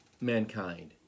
mankind